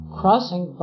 crossing